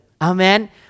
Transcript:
Amen